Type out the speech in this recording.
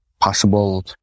possible